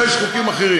בשביל זה יש חוקים אחרים.